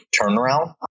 turnaround